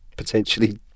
potentially